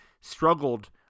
struggled